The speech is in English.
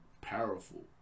powerful